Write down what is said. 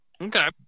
Okay